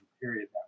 period